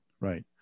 Right